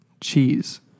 Cheese